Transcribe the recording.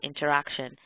interaction